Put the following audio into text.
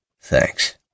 Thanks